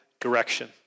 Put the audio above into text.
direction